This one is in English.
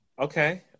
Okay